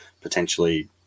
potentially